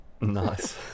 Nice